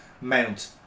Mount